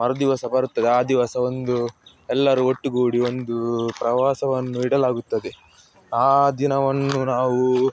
ಮರುದಿವಸ ಬರುತ್ತದೆ ಆ ದಿವಸ ಒಂದು ಎಲ್ಲರೂ ಒಟ್ಟುಗೂಡಿ ಒಂದು ಪ್ರವಾಸವನ್ನು ಇಡಲಾಗುತ್ತದೆ ಆ ದಿನವನ್ನು ನಾವು